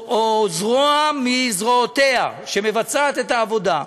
או זרוע מזרועותיה שמבצעת את העבודה,